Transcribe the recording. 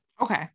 Okay